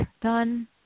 done